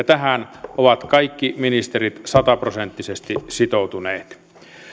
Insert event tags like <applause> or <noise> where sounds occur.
<unintelligible> tähän ovat kaikki ministerit sataprosenttisesti sitoutuneet